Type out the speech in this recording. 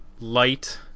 light